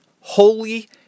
Holy